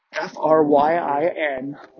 f-r-y-i-n